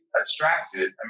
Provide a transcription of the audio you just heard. abstracted